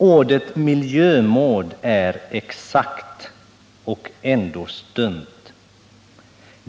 ———- Ordet miljömord är exakt — och ändå stumt.